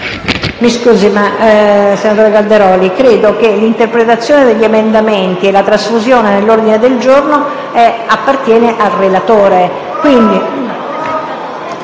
Mi scusi senatore Calderoli, credo che l'interpretazione degli emendamenti e la loro trasfusione in un ordine del giorno appartenga al relatore.